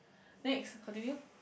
next continue